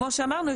וכמו שאמרנו,